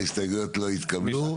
ההסתייגויות לא התקבלו.